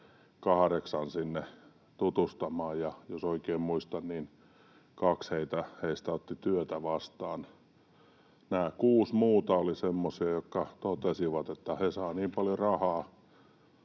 kahdeksan sinne tutustumaan, ja jos oikein muistan, niin kaksi heistä otti työtä vastaan. Nämä kuusi muuta olivat semmoisia, jotka totesivat, että he saavat niin paljon rahaa